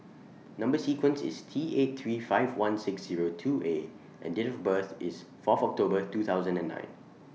Number sequence IS T eight three five one six two A and Date of birth IS Fourth October two thousand and nine